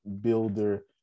Builder